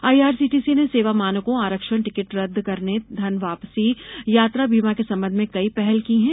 IRCTC ने सेवा मानकों आरक्षण टिकट रद्द करने धन वापसी यात्रा बीमा के संबंध में कई पहल की है